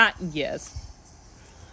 yes